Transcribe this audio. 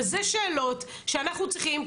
אבל זה שאלות שאנחנו צריכים,